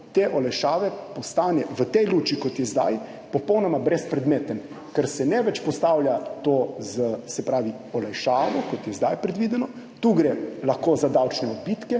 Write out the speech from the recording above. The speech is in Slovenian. te olajšave v tej luči, kot je zdaj, popolnoma brezpredmeten, ker se tega ne postavlja več kot olajšavo, kot je zdaj predvideno, tu gre lahko za davčne odbitke,